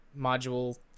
Module